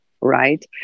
right